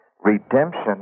Redemption